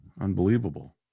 unbelievable